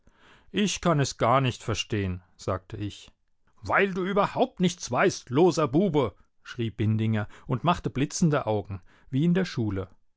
ich kann es gar nicht verstehen sagte ich weil du überhaupt nichts weißt loser bube schrie bindinger und machte blitzende augen wie in der schule